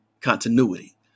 continuity